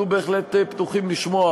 אנחנו בהחלט פתוחים לשמוע.